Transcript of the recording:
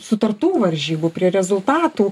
sutartų varžybų prie rezultatų